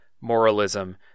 moralism